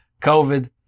COVID